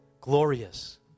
glorious